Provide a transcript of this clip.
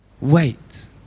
Wait